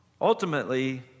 ultimately